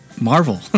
Marvel